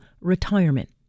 retirement